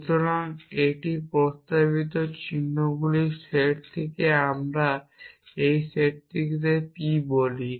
সুতরাং এটি প্রস্তাবিত চিহ্নগুলির সেটটিকে আমাদের এই সেটটিকে p বলি